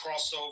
crossover